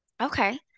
okay